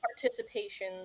participation